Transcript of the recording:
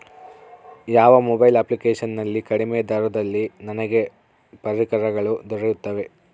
ಯಾವ mobile application ನಲ್ಲಿ ಕಡಿಮೆ ದರದಲ್ಲಿ ನನಗೆ ಪರಿಕರಗಳು ದೊರೆಯುತ್ತವೆ?